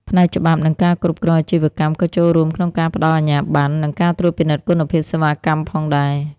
ផ្នែកច្បាប់ និងការគ្រប់គ្រងអាជីវកម្មក៏ចូលរួមក្នុងការផ្ដល់អាជ្ញាប័ណ្ណ និងការត្រួតពិនិត្យគុណភាពសេវាកម្មផងដែរ។